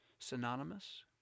Synonymous